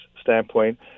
standpoint